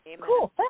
cool